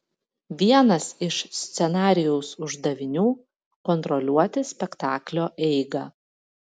vienas iš scenarijaus uždavinių kontroliuoti spektaklio eigą